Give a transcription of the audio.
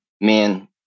man